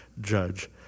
judge